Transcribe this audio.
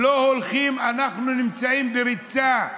לא הולכים, אנחנו נמצאים בריצה.